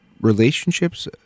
relationships